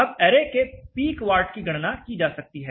अब ऐरे के peak watt की गणना की जा सकती है